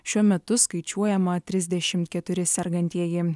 šiuo metu skaičiuojama trisdešimt keturi sergantieji